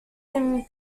him